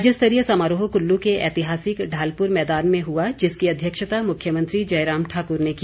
राज्य स्तरीय समारोह कुल्लू के ऐतिहासिक ढालपुर मैदान में हुआ जिसकी अध्यक्षता मुख्यमंत्री जयराम ठाक्र ने की